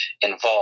involved